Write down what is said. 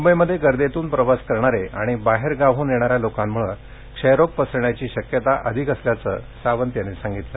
मुंबईमध्ये गर्दीतून प्रवास करणारे आणि बाहेरगावहन येणाऱ्या लोकांमुळं क्षयरोग पसरण्याची शक्यता अधिक असल्याचं सावंत यांनी सांगितलं